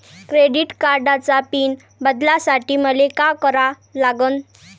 Credit कार्डाचा pin बदलासाठी मले का करा लागन?